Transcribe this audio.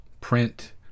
print